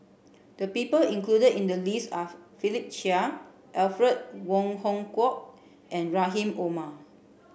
the people included in the list are Philip Chia Alfred Wong Hong Kwok and Rahim Omar